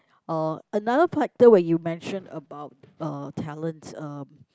oh another factor when you mention about uh talents um